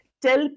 tell